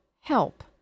help